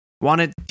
wanted